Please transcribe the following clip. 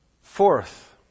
Fourth